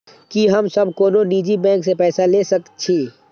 की हम सब कोनो निजी बैंक से पैसा ले सके छी?